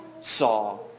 saw